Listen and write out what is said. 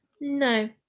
No